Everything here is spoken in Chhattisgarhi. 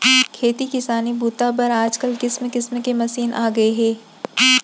खेती किसानी बूता बर आजकाल किसम किसम के मसीन आ गए हे